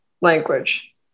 language